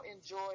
enjoy